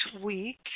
week